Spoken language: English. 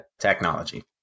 technology